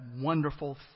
wonderful